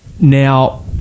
Now